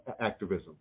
activism